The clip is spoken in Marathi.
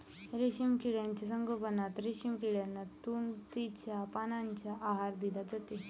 रेशीम किड्यांच्या संगोपनात रेशीम किड्यांना तुतीच्या पानांचा आहार दिला जातो